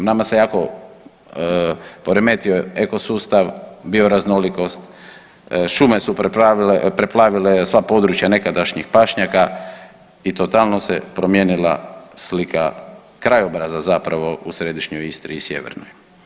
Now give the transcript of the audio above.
Nama se jako poremetio eko sustav, bioraznolikost, šume su preplavile sva područja nekadašnjih pašnjaka i totalno se promijenila slika krajobraza zapravo u središnjoj Istri i sjevernoj.